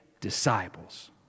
disciples